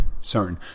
certain